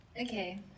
Okay